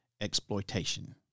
exploitation